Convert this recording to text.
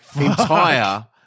entire